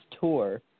tour